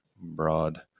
broad